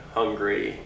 hungry